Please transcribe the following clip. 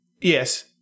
Yes